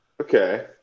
okay